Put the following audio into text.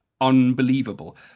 unbelievable